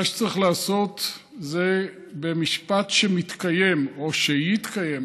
מה שצריך לעשות זה במשפט שמתקיים או שיתקיים,